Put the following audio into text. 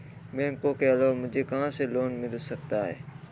बैंकों के अलावा मुझे कहां से लोंन मिल सकता है?